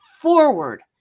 forward